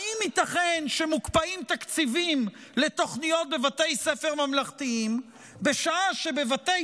האם ייתכן שמוקפאים תקציבים לתוכניות בבתי ספר ממלכתיים בשעה שבבתי